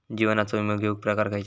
जीवनाचो विमो घेऊक प्रकार खैचे?